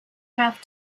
half